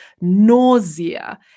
nausea